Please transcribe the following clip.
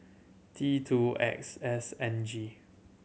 T two X S N G